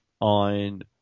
on